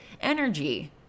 energy